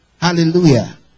Hallelujah